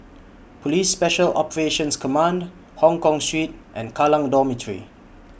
Police Special Operations Command Hongkong Street and Kallang Dormitory